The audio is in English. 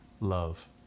love